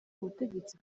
ubutegetsi